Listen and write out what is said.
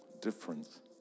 difference